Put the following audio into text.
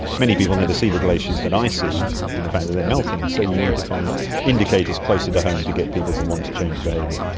many people never see the glaciers that i see and the fact that they are melting, so you need to find indicators closer to home to get people to want to change behaviour.